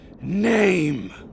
name